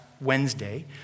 Wednesday